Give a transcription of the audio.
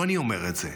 לא אני אומר את זה,